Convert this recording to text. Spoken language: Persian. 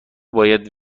باید